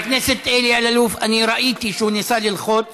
חבר הכנסת אלי אלאלוף, ראיתי שהוא ניסה ללחוץ